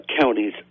counties